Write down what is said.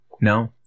No